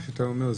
מה שאתה אומר,